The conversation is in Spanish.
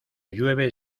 llueve